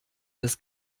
des